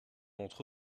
d’entre